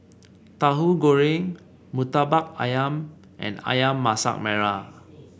Tauhu Goreng murtabak ayam and ayam Masak Merah